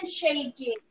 shaking